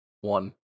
one